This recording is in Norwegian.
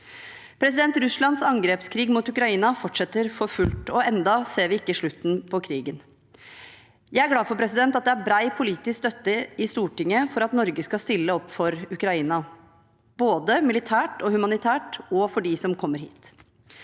2022. Russlands angrepskrig mot Ukraina fortsetter for fullt, og ennå ser vi ikke slutten på krigen. Jeg er glad for at det er bred politisk støtte i Stortinget for at Norge skal stille opp for Ukraina, både militært og humanitært og for dem som kommer hit.